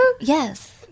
Yes